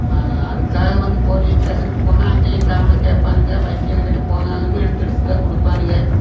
அதுக்காக வந்து போலீஸ் ஸ்டேசனுக்கு போனால் அங்கேயும் தவனை கேப்பானுங்க வக்கீல்கிட்ட போனாலும் இழுத்து அடிச்சிதான் கொடுப்பானுங்க